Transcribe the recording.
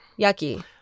Yucky